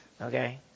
Okay